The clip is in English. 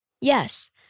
Yes